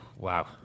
Wow